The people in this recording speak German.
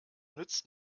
nützt